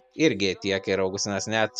irgi tiek ir augustinas net